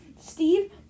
Steve